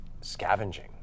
scavenging